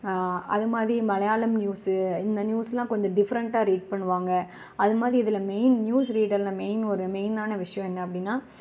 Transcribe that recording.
அதுமாதிரி மலையாளம் நியூஸ்ஸு இந்த நியூஸ்லாம் கொஞ்சம் டிஃபரண்ட்டாக ரீட் பண்ணுவாங்கள் அதுமாதிரி இதில் மெயின் நியூஸ் ரீடர்ல மெயின் ஒரு மெயினான விஷயம் என்ன அப்படின்னா